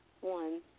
one